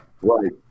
right